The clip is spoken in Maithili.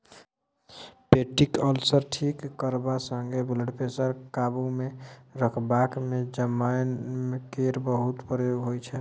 पेप्टीक अल्सर ठीक करबा संगे ब्लडप्रेशर काबुमे रखबाक मे जमैन केर बहुत प्रयोग होइ छै